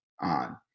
on